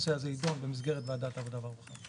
שהנושא הזה יידון במסגרת ועדת העבודה והרווחה.